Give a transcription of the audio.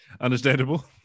Understandable